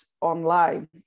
online